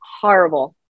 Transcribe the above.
horrible